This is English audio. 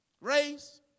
race